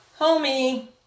Homie